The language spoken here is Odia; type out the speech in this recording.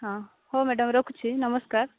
ହଁ ହଉ ମ୍ୟାଡ଼ାମ୍ ରଖୁଛି ନମସ୍କାର